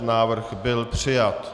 Návrh byl přijat.